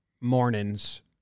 mornings